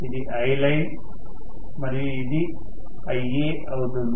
ఇది Iline మరియు ఇది Ia అవుతుంది